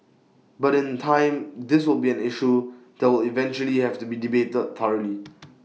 but in time this will be an issue that will eventually have to be debated thoroughly